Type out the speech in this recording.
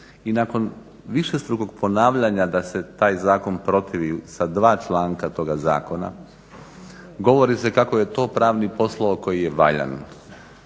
i nakon višestrukog ponavljanja da se taj zakon protivi sa dva članka toga zakona govori se kako je to pravni posao koji je valjan